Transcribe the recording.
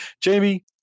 jamie